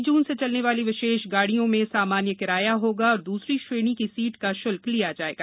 एक जून से चलने वाली विशेष गाड़ियों में सामान्य किराया होगा और द्रसरी श्रेणी की सीट का श्ल्क लिया जाएगा